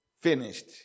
finished